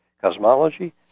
cosmology